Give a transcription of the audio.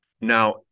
now